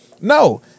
No